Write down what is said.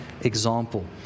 example